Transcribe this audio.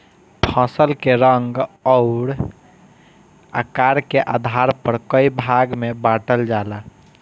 फसल के रंग अउर आकार के आधार पर कई भाग में बांटल जाला